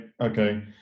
okay